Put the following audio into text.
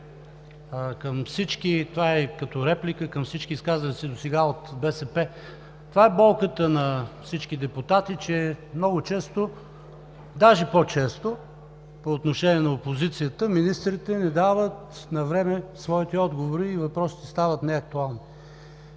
същество – това е и като реплика към всички изказали се досега от БСП. Това е болката на всички депутати, че много често, даже по-често по отношение на опозицията, министрите не дават навреме своите отговори и въпросите стават неактуални.